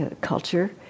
Culture